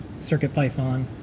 CircuitPython